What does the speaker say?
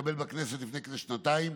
התקבל בכנסת לפני כשנתיים,